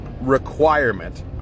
requirement